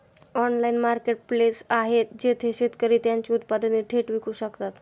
Online marketplace आहे जिथे शेतकरी त्यांची उत्पादने थेट विकू शकतात?